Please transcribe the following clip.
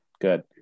good